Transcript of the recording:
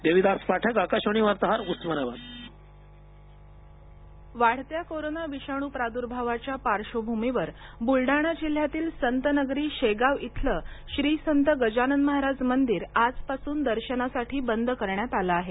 देविदास पाठक आकाशवाणी वार्ताहर उस्मानाबाद मंदिर बंद वाढत्या कोरोना विषाणू प्राद्भावाच्या पार्श्वभूमीवर बुलडाणा जिल्हयातील संतनगरी शेगांव इथलं श्री संत गजानन महाराज मंदिर आजपासून दर्शनासाठी बंद करण्यात आलं आहे